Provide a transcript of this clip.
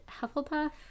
Hufflepuff